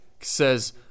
Says